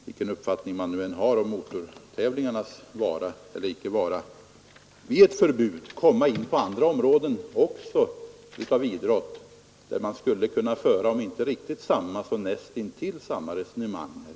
Vilken uppfattning man än har om motortävlingarnas vara eller icke vara måste man också inse att om man förbjuder dem kan fråga om förbud uppstå även på andra områden av idrott, där man skulle kunna föra om inte samma så nästintill samma resonemang.